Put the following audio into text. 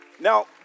Now